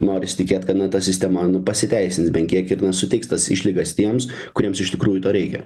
norisi tikėt kad na ta sistema nu pasiteisins bent kiek ir na suteiks tas išlygas tiems kuriems iš tikrųjų to reikia